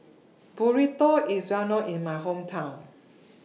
Burrito IS Well known in My Hometown